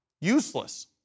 useless